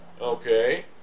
Okay